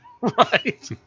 right